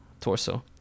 torso